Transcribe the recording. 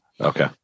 Okay